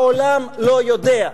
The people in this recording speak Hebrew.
העולם לא יודע.